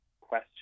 question